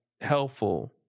helpful